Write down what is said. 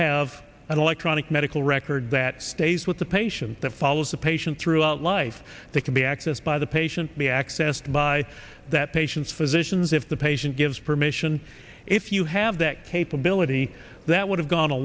have an electronic medical record that stays with the patient that follows the patient throughout life that can be accessed by the patient be accessed by that patient's physicians if the patient gives permission if you have that capability that would have gone a